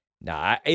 Nah